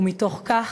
ומתוך כך,